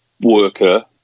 worker